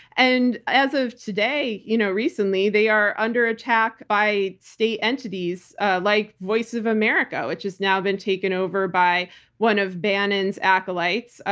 and as of today, you know recently, they are under attack by state entities like voice of america, which has now been taken over by one of bannon's acolytes,